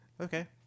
okay